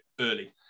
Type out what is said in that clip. early